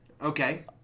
Okay